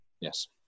Yes